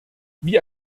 wie